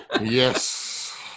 Yes